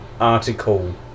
article